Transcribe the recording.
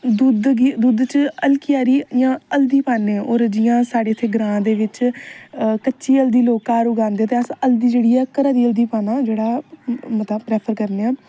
दुद्ध गी दुद्ध च हल्की सारी जां हल्दी पान्ने जियां साढ़े ग्रां दे बिच कच्ची हल्दी लोक घार उगांदे ते अस हल्दी जेहड़ी ऐ घरे दी हल्दी पान्ने आं जेहड़ा